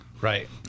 right